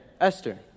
Esther